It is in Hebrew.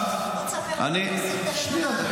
בוא תספר לנו מה עשית למען העם.